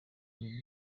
ibi